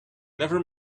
never